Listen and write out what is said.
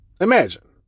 Imagine